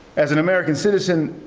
as an american citizen,